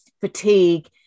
fatigue